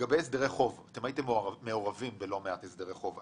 הייתם מעורבים בלא מעט הסדרי חוב.